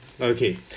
Okay